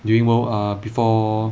during world err before